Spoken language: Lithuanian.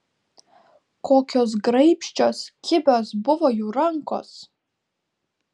kokios graibščios kibios buvo jų rankos